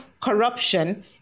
corruption